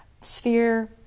sphere